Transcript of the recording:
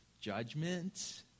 judgment